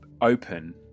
open